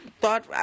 thought